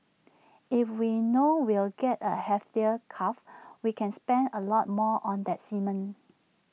if we know we'll get A heifer calf we can spend A lot more on that semen